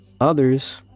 Others